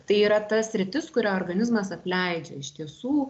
tai yra ta sritis kurią organizmas apleidžia iš tiesų